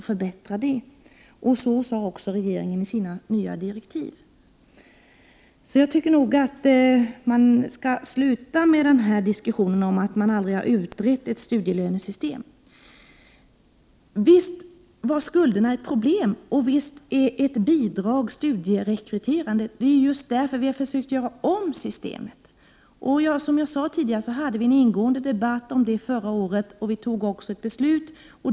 Så sade också regeringen i sina nya direktiv. Jag tycker att diskussionen om att ett studielönesystem aldrig har utretts borde upphöra. Visst var skulderna ett problem och visst är ett bidrag studierekryterande. Det är just därför vi har försökt göra om systemet. Som jag sade tidigare hade vi en ingående debatt om det förra året. Vi fattade också ett beslut.